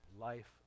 Life